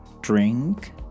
drink